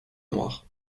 noir